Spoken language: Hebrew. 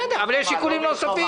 בסדר, אבל יש שיקולים נוספים.